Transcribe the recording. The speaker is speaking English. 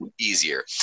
easier